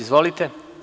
Izvolite.